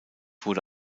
wurde